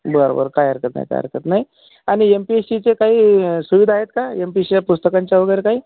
बरं बरं काही हरकत नाही काही हरकत नाही आणि एम पी यश्शीचे काही सुविधा आहेत का एम पी यश्शी पुस्तकांच्या वगैरे काही